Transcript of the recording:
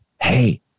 Hey